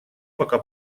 пока